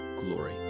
glory